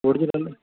original